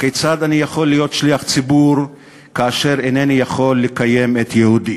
הכיצד אני יכול להיות שליח ציבור כאשר אינני יכול לקיים את ייעודי?